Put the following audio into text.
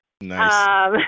nice